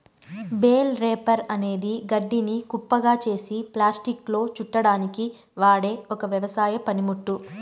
bale wrapper అనేది గడ్డిని కుప్పగా చేసి ప్లాస్టిక్లో చుట్టడానికి వాడె ఒక వ్యవసాయ పనిముట్టు